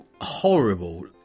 horrible